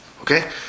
okay